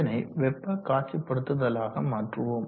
இதனை வெப்ப காட்சிப்படுத்துதலாக மாற்றுவோம்